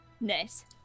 Nice